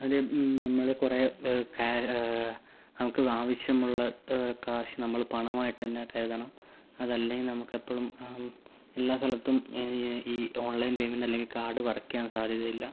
അതിന് നമ്മൾ കുറേ നമുക്ക് ആവശ്യമുള്ള കാശ് നമ്മൾ പണമായിട്ടുതന്നെ കരുതണം അതല്ലെങ്കിൽ നമ്മുക്കെപ്പോഴും എല്ലാ സ്ഥലത്തും ഈ ഓൺലൈൻ പേയ്മെൻറ് അല്ലെങ്കിൽ കാർഡ് വർക്ക് ചെയ്യാൻ സാധ്യത ഇല്ല